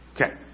Okay